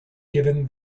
given